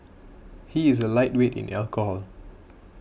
he is a lightweight in alcohol